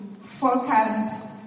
focus